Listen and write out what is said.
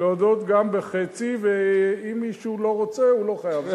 להודות גם בחצי, ואם מישהו לא רוצה, הוא לא חייב.